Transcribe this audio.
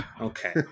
Okay